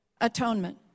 Atonement